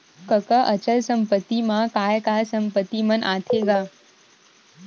कका अचल संपत्ति मा काय काय संपत्ति मन ह आथे गा?